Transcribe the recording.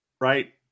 Right